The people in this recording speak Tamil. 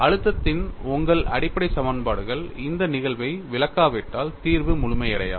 அழுத்தத்தின் உங்கள் அடிப்படை சமன்பாடுகள் இந்த நிகழ்வை விளக்காவிட்டால் தீர்வு முழுமையடையாது